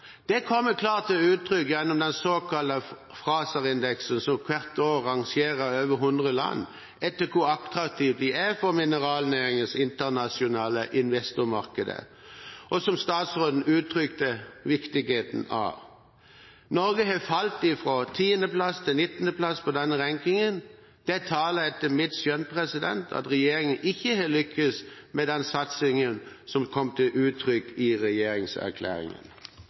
Det kommer klart til uttrykk gjennom den såkalte Fraser-indeksen, som hvert år rangerer over hundre land etter hvor attraktive de er for mineralnæringens internasjonale investormarkeder, og som statsråden uttrykte viktigheten av. Norge har falt fra 10. plass til 19. plass i denne rankingen. Det taler etter mitt skjønn for at regjeringen ikke har lyktes med den satsingen som kom til uttrykk i regjeringserklæringen.